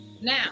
Now